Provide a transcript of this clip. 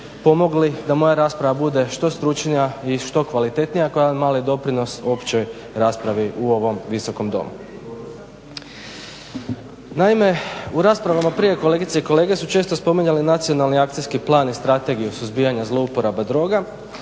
pomogli da moja rasprava bude što stručnija i što kvalitetnija kao jedan mali doprinos općoj raspravi u ovom Visokom domu. Naime, u raspravama prije kolegice i kolege su često spominjale Nacionalni akcijski plan i Strategiju suzbijanja zlouporaba droga,